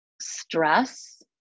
stress